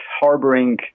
harboring